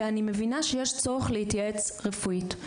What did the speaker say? ואני מבינה שיש צורך להתייעץ רפואית.